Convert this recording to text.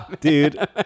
Dude